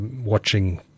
watching